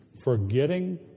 Forgetting